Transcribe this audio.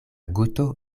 guto